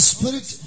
Spirit